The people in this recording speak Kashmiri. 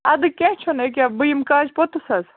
اَدٕ کیٚنٛہہ چھُنہٕ یہِ کہِ بہٕ یمہٕ کاجہِ پوٚتُس حَظ